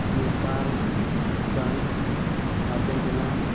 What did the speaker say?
Nepal Bhutan Argentina